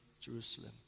Jerusalem